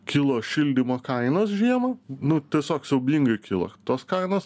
kilo šildymo kainos žiemą nu tiesiog siaubingai kilo tos kainos